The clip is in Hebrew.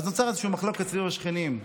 נוצרה מחלוקת אצל השכנים,